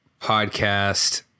podcast